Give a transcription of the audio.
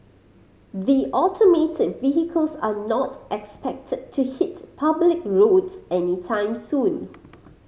the automated vehicles are not expected to hit public roads anytime soon